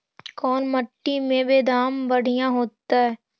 कोन मट्टी में बेदाम बढ़िया होतै?